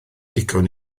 ddigon